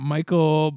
Michael